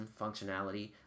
functionality